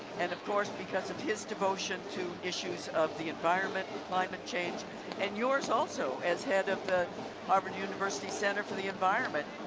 and of course because of his devotion to issues of the environment climate change and yours, also, as head of the harvard university center for the environment